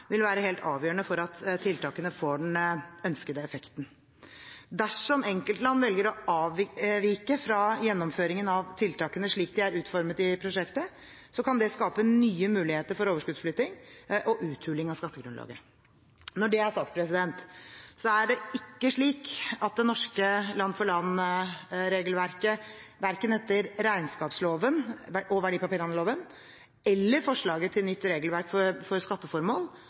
vil være helt avgjørende for at tiltakene får den ønskede effekten. Dersom enkeltland velger å avvike fra gjennomføringen av tiltakene slik de er utformet i prosjektet, kan det skape nye muligheter for overskuddsflytting og uthuling av skattegrunnlaget. Når det er sagt, er det ikke slik at det norske land-for-land-regelverket, verken etter regnskapsloven og verdipapirhandelloven eller forslaget til nytt regelverk for skatteformål,